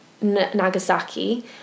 Nagasaki